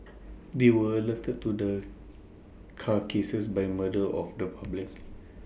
they were alerted to the carcasses by murder of the public